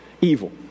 evil